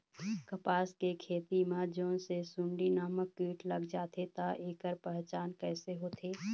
कपास के खेती मा जोन ये सुंडी नामक कीट लग जाथे ता ऐकर पहचान कैसे होथे?